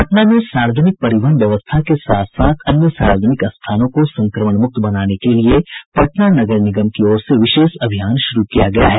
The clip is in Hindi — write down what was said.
पटना में सार्वजनिक परिवहन व्यवस्था के साथ साथ अन्य सार्वजनिक स्थानों को संक्रमण मूक्त बनाने के लिए पटना नगर निगम की ओर से विशेष अभियान शुरू किया गया है